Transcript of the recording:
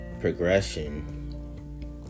progression